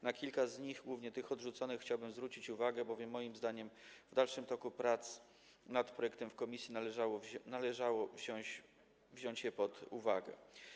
Na kilka z nich, głównie tych odrzuconych, chciałbym zwrócić uwagę, bowiem moim zdaniem w dalszym toku prac nad projektem w komisji należy wziąć je pod uwagę.